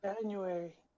January